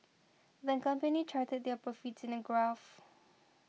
the company charted their profits in a graph